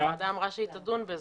אמרה שתדון בזה.